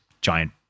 giant